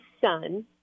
son